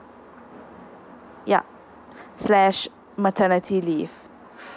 yup slash maternity leave